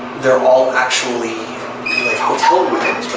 they're all actually hotel